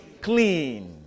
clean